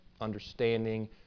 understanding